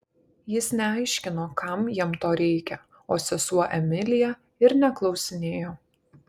jis neaiškino kam jam to reikia o sesuo emilija ir neklausinėjo